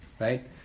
Right